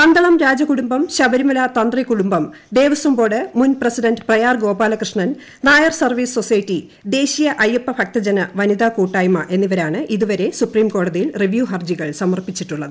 പന്തളം രാജകുടുംബം ശബരിമല തന്ത്രി കുടുംബം ദേവസ്വം ബോർഡ് മുൻ president Prayar Gopalakrishnan Nair service society ദേശീയ അയ്യപ്പഭക്തജന വനിതാ കൂട്ടായ്മ എന്നിവരാണ് ഇതുവരെ സുപ്രീംകോടതിയിൽ റിവ്യൂ ഹർജികൾ സമർപ്പിച്ചിട്ടുള്ളത്